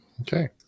Okay